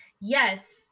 yes